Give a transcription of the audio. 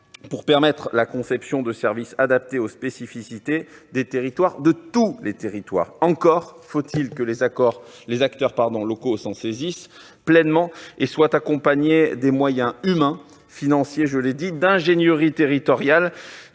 pour permettre la conception de services adaptés aux spécificités des territoires- de tous les territoires. Encore faut-il que les acteurs locaux s'en saisissent pleinement et soient accompagnés. Des moyens humains, financiers, d'ingénierie territoriale